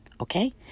okay